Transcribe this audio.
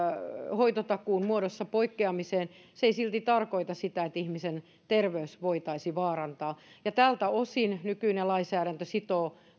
hoitotakuun muodossa poikkeamiseen se ei silti tarkoita sitä että ihmisen terveys voitaisiin vaarantaa tältä osin nykyinen lainsäädäntö sitoo